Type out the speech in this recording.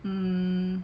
hmm